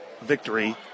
victory